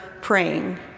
praying